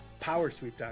powersweep.com